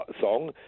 song